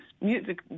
Music